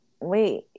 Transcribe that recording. wait